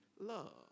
love